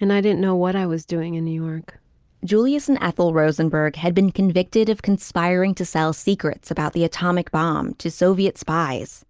and i didn't know what i was doing in new york julius and ethel rosenberg had been convicted of conspiring to sell secrets about the atomic bomb to soviet spies.